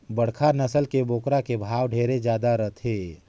बड़खा नसल के बोकरा के भाव ढेरे जादा रथे